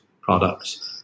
products